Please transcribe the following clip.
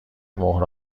مهره